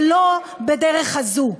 אבל לא בדרך הזאת.